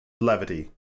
levity